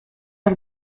are